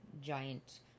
giant